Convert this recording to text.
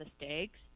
mistakes